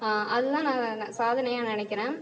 அதுதான் நான் சாதனையாக நினைக்கிறேன்